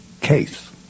case